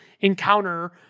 encounter